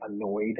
annoyed